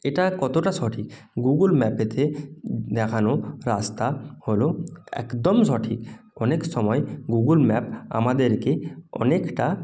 এটা কতটা সঠিক গুগল ম্যাপেতে দেখানো রাস্তা হলো একদম সঠিক অনেক সময় গুগল ম্যাপ আমাদেরকে অনেকটা